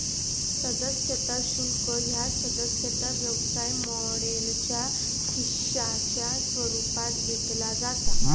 सदस्यता शुल्क ह्या सदस्यता व्यवसाय मॉडेलच्या हिश्शाच्या स्वरूपात घेतला जाता